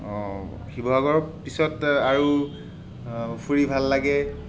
শিৱসাগৰৰ পিছত আৰু ফুৰি ভাল লাগে